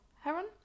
Heron